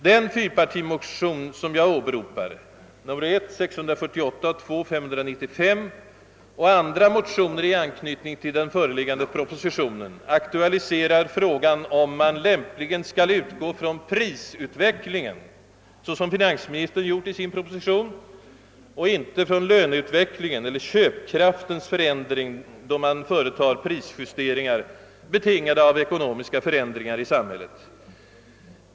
Den fyrpartimotion som jag berört, d.v.s. motionsparet I: 648 och II: 595, och andra motioner i anknytning till föreliggande proposition aktualiserar frågan om man lämpligen skall utgå från prisutvecklingen, som finansministern gjort i sin proposition, eller från löneutvecklingen eller köpkraftens förändring, då man företar prisjusteringar betingade av ekonomiska förändringar i samhället.